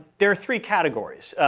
there are three categories.